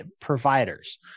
providers